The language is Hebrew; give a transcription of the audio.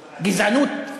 גזענות.